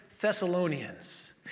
Thessalonians